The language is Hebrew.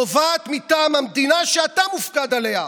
תובעת מטעם המדינה שאתה מופקד עליה.